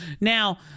Now